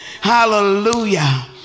hallelujah